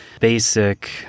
basic